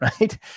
Right